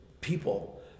people